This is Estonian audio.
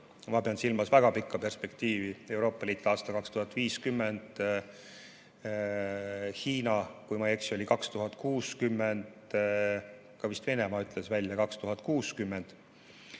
ma pean silmas väga pikka perspektiivi – Euroopa Liit aastal 2050, Hiina, kui ma ei eksi, oli 2060, ka vist Venemaa ütles välja 2060